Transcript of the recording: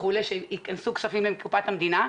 שייכנסו כספים לקופת המדינה.